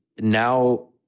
now